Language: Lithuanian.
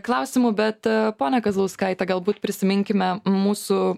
klausimų bet pone kazlauskaite galbūt prisiminkime mūsų